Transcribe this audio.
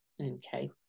okay